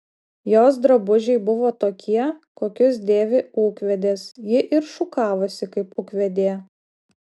jos drabužiai buvo tokie kokius dėvi ūkvedės ji ir šukavosi kaip ūkvedė